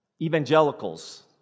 evangelicals